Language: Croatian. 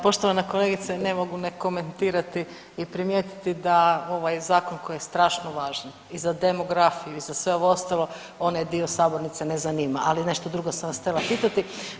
Poštovana kolegice, ne mogu ne komentirati i primijetiti da ovaj Zakon koji je strašno važan i za demografiju i za sve ovo ostalo, onaj dio sabornice ne zanima, ali nešto druga sam vas htjela pitati.